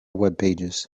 webpages